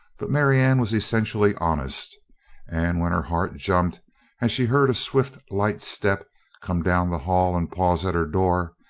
but marianne was essentially honest and when her heart jumped as she heard a swift, light step come down the hall and pause at her door,